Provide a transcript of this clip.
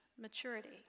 maturity